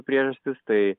priežastis tai